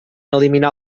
eliminar